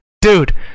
Dude